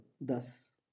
thus